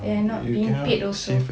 and not being paid also